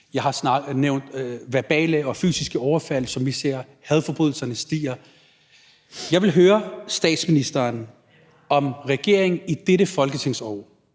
jeg har nævnt verbale og fysiske overfald, som vi ser, og at antallet af hadforbrydelser stiger. Jeg vil høre statsministeren, om regeringen i dette folketingsår